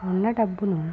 ఉన్న డబ్బును